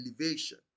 elevation